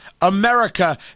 America